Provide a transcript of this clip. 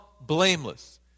blameless